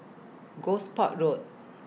Gosport Road